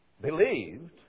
believed